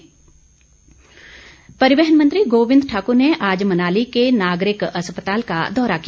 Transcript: गोविंद ठाकुर परिवहन मंत्री गोविंद ठाक्र ने आज मनाली के नागरिक अस्पताल का दौरा किया